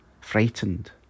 frightened